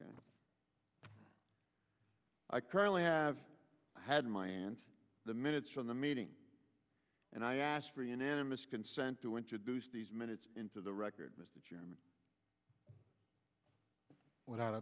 graham i currently have had my aunt the minutes from the meeting and i asked for unanimous consent to introduce these minutes into the record mr chairman without